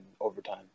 overtime